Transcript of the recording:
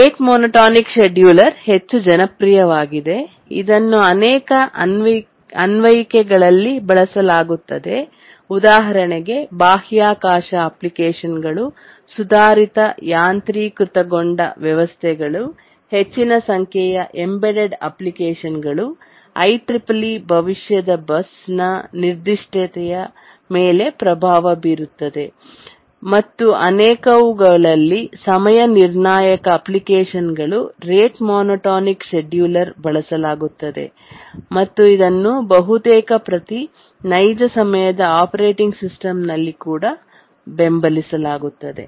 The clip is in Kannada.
ರೇಟ್ ಮೋನೋಟೋನಿಕ್ ಶೆಡ್ಯೂಲರ್ ಹೆಚ್ಚು ಜನಪ್ರಿಯವಾಗಿದೆ ಇದನ್ನು ಅನೇಕ ಅನ್ವಯಿಕೆಗಳಲ್ಲಿ ಬಳಸಲಾಗುತ್ತದೆ ಉದಾಹರಣೆಗೆ ಬಾಹ್ಯಾಕಾಶ ಅಪ್ಲಿಕೇಶನ್ಗಳು ಸುಧಾರಿತ ಯಾಂತ್ರೀಕೃತಗೊಂಡ ವ್ಯವಸ್ಥೆಗಳು ಹೆಚ್ಚಿನ ಸಂಖ್ಯೆಯ ಎಂಬೆಡೆಡ್ ಅಪ್ಲಿಕೇಶನ್ಗಳು ಐಇಇಇ IEEE ಭವಿಷ್ಯದ ಬಸ್ನ ನಿರ್ದಿಷ್ಟತೆಯ ಮೇಲೆ ಪ್ರಭಾವ ಬೀರುತ್ತವೆ ಮತ್ತು ಅನೇಕವುಗಳಲ್ಲಿ ಸಮಯ ನಿರ್ಣಾಯಕ ಅಪ್ಲಿಕೇಶನ್ಗಳು ರೇಟ್ ಮೋನೋಟೋನಿಕ್ ಶೆಡ್ಯೂಲರ್ ಬಳಸಲಾಗುತ್ತದೆ ಮತ್ತು ಇದನ್ನು ಬಹುತೇಕ ಪ್ರತಿ ನೈಜ ಸಮಯದ ಆಪರೇಟಿಂಗ್ ಸಿಸ್ಟಮ್ ನಲ್ಲಿ ಕೂಡ ಬೆಂಬಲಿಸಲಾಗುತ್ತದೆ